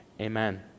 Amen